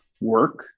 work